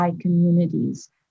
communities